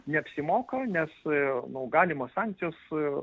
neapsimoka nes nu galimos sankcijos